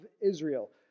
Israel